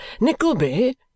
Nickleby